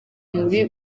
muri